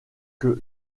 que